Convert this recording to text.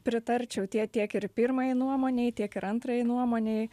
pritarčiau tie tiek į pirmajai nuomonei tiek ir antrajai nuomonei